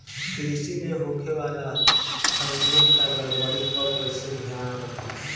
कृषि में होखे वाला खामियन या गड़बड़ी पर कइसे ध्यान रखि?